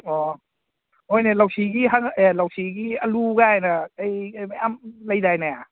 ꯑꯣ ꯍꯣꯏꯅꯦ ꯂꯧꯁꯤꯒꯤ ꯍꯥꯟꯅ ꯑꯦ ꯂꯧꯁꯤꯒꯤ ꯑꯂꯨꯒꯥꯏꯅ ꯑꯩ ꯃꯌꯥꯝ ꯂꯩꯗꯥꯏꯅꯦ